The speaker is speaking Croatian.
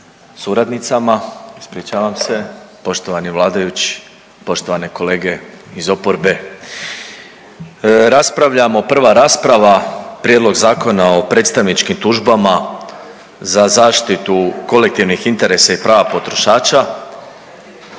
suradnicama, ispričavam se, poštovani vladajući, poštovane kolege iz oporbe. Raspravljamo, prva rasprava, Prijedlog Zakona o predstavničkim tužbama za zaštitu kolektivnih interesa i prava potrošača.